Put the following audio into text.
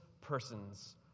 person's